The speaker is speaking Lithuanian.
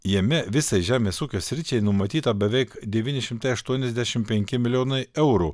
jame visai žemės ūkio sričiai numatyta beveik devyni šimtai aštuoniasdešimt penki milijonai eurų